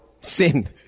sin